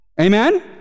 Amen